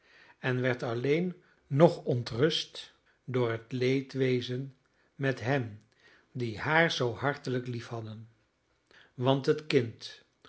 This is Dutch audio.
en werd alleen nog ontrust door het leedwezen met hen die haar zoo hartelijk liefhadden want het kind